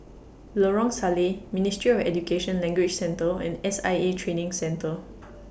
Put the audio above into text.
Lorong Salleh Ministry of Education Language Centre and S I A Training Centre